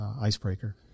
icebreaker